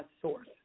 source